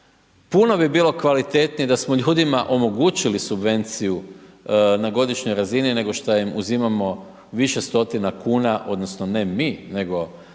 Puno bi bilo kvalitetnije da smo ljudima omogućili subvenciju na godišnjoj razini, nego što im uzimamo više stotina kuna, onda, ne mi nego